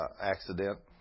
accident